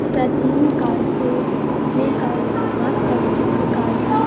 प्राचीन काल से लेकर आज़ तक चित्रकारी